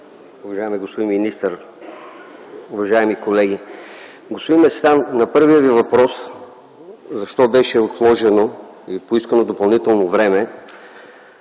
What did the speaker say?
уважаеми господин министър, уважаеми колеги! Господин Местан, на първия Ви въпрос: „Защо беше отложено и беше поискано допълнително време”